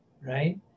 Right